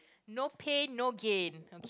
no pain no gain